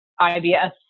IBS